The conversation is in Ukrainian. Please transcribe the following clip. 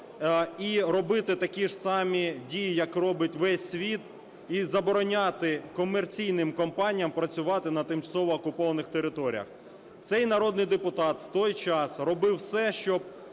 і робити такі ж самі дії, як робить весь світ, і забороняти комерційним компаніям працювати на тимчасово окупованих територіях. Цей народний депутат в той час робив все, щоб